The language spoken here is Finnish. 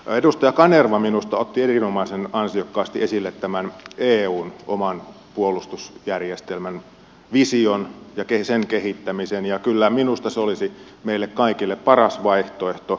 edustaja kanerva minusta otti erinomaisen ansiokkaasti esille tämän eun oman puolustusjärjestelmän vision ja sen kehittämisen ja kyllä minusta se olisi meille kaikille paras vaihtoehto